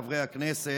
חברי הכנסת,